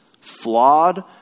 Flawed